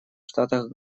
штатах